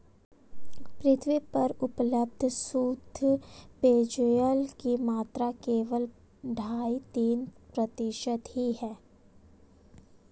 पृथ्वी पर उपलब्ध शुद्ध पेजयल की मात्रा केवल अढ़ाई तीन प्रतिशत ही है